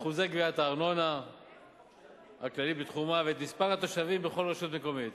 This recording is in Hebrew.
אחוזי גביית הארנונה הכללית בתחומה ואת מספר התושבים בכל רשות מקומית.